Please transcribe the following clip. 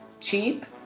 cheap